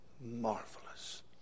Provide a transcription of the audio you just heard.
marvelous